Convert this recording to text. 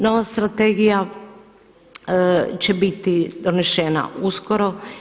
Nova strategija će biti donesena uskoro.